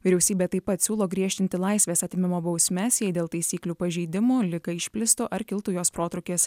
vyriausybė taip pat siūlo griežtinti laisvės atėmimo bausmes jei dėl taisyklių pažeidimo ligai išplistų ar kiltų jos protrūkis